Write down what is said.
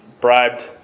bribed